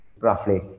Roughly